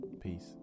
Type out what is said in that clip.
peace